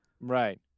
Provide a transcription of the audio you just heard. Right